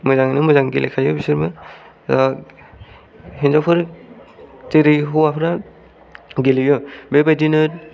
मोजांनो मोजां गेलेखायो बिसोरबो दा हिनजावफोर जेरै हौवाफोरा गेलेयो बेबायदिनो